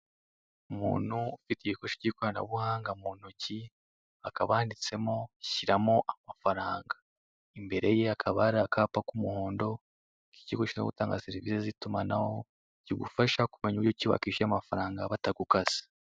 Umuntu ufite igikoresho cy'ikoranabuhanga mu ntoki, hakaba handitsemo shyiramo amafaranga. Imbere ye hakaba hari akapa k'umuhondo, k'ikigo gishinzwe gutanga serivise z'itumanaho, kigufasha kumenya uburyo ki wakishyura amafaranga batagukase.